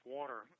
water